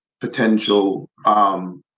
potential